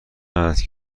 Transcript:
است